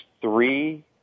three